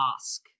ask